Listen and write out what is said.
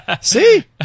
See